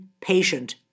patient